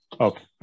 Okay